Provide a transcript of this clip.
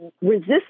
resist